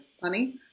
funny